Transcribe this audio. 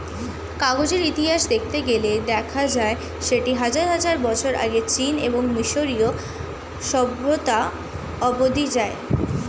কাগজের ইতিহাস দেখতে গেলে দেখা যায় সেটা হাজার হাজার বছর আগে চীন এবং মিশরীয় সভ্যতা অবধি যায়